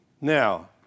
Now